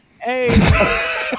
Hey